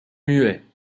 muet